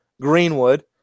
Greenwood